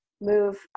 move